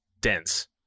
dense